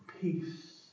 peace